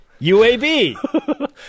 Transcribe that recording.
UAB